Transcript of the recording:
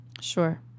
Sure